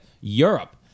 europe